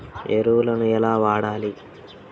ఎరువులను ఎలా వాడాలి?